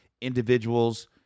individuals